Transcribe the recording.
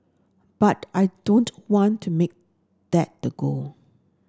but I don't want to make that the goal